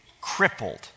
crippled